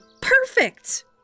perfect